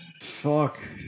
Fuck